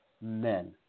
men